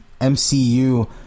MCU